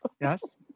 Yes